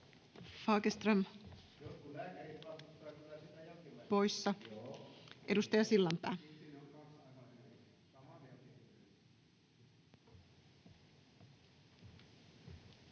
Fagerström poissa. — Edustaja Sillanpää.